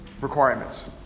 requirements